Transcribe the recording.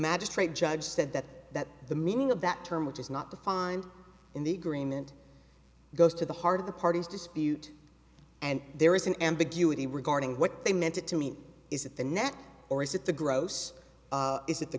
magistrate judge said that that the meaning of that term which is not defined in the agreement goes to the heart of the parties dispute and there is an ambiguity regarding what they meant it to mean is that the net or is it the gross is it the